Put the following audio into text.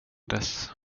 dess